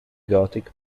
gothic